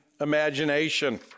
imagination